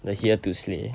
the here to slay